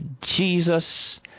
Jesus